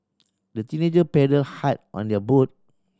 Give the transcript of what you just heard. the teenager paddle hard on their boat